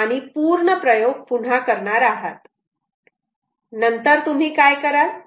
आणि पूर्ण प्रयोग पुन्हा करणार आहात नंतर तुम्ही काय कराल